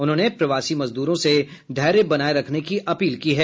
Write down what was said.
उन्होंने प्रवासी मजदूरों से धैर्य बनाये रखने की अपील की है